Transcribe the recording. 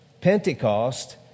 Pentecost